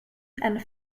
and